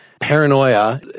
paranoia